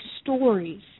stories